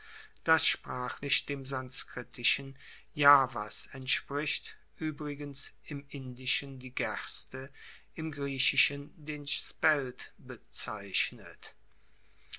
das sprachlich dem sanskritischen yavas entspricht uebrigens im indischen die gerste im griechischen den spelt bezeichnet